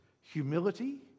humility